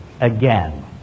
again